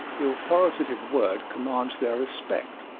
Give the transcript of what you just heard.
the authoritative word commands their respect.